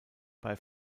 bei